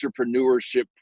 entrepreneurship